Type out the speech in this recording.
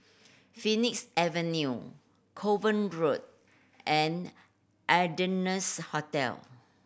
Phoenix Avenue Kovan Road and Ardennes Hotel